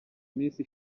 minsi